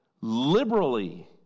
Liberally